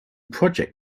project